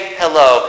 hello